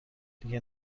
دیگه